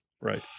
right